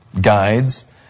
guides